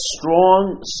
strong